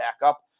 backup